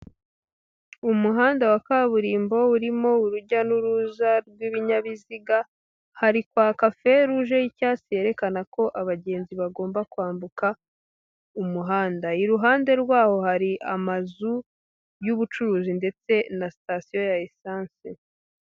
Umuhanda wa kaburimbo urimo urujya n'uruza rw'ibinyabiziga, hari kwaka feruje y'icyatsi yerekana ko abagenzi bagomba kwambuka umuhanda, iruhande rwawo hari amazu y'ubucuruzi ndetse na sitasiyo ya esanse.